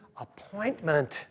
appointment